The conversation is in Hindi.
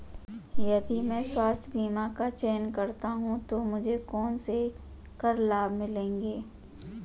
यदि मैं स्वास्थ्य बीमा का चयन करता हूँ तो मुझे कौन से कर लाभ मिलेंगे?